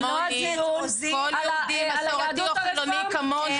זה לא הדיון על היהדות הרפורמית.